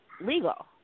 legal